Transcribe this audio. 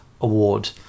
Award